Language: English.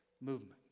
movement